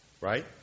Right